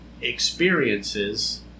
experiences